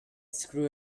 screw